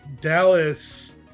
Dallas